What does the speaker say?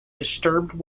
disturbed